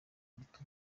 buruta